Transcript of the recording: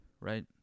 right